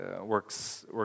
works